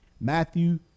Matthew